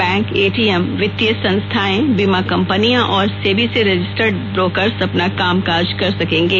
bank ATM वित्तीय संस्थाएं बीमा कंपनियां और सेबी से रजिस्टर्ड ब्रोकर्स अपना कामकाज कर सकेंगे